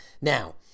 Now